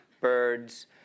birds